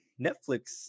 Netflix